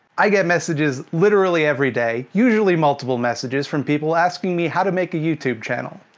i get messages literally every day, usually multiple messages, from people asking me, how to make a youtube channel.